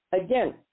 again